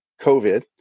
COVID